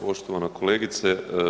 Poštovana kolegice.